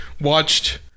watched